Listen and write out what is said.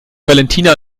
valentina